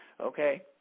Okay